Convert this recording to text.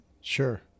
Sure